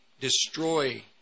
destroy